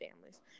families